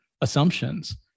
assumptions